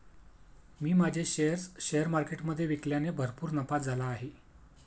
मी माझे shares share मार्केटमधे विकल्याने भरपूर नफा झाला आहे